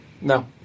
no